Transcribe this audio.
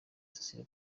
cecile